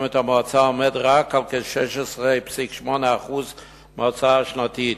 שמשלמת המועצה עומד רק על כ-16.8% מההוצאה השנתית,